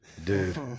dude